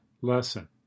lesson